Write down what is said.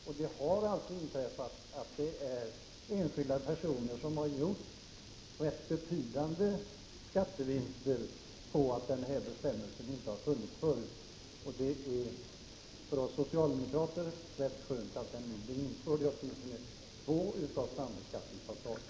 Och det har alltså inträffat att enskilda personer har gjort betydande skattevinster därför att denna bestämmelse inte funnits förut. Det är för oss socialdemokrater rätt skönt att den nu införs i åtminstone två av sambeskattningsavtalen.